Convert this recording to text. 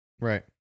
Right